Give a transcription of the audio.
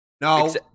No